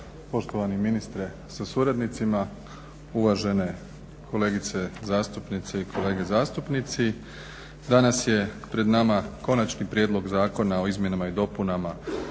poštovani ministre sa suradnicima, uvažene kolegice zastupnice i kolege zastupnici. Danas je pred nama konačni prijedlog Zakona o izmjenama i dopunama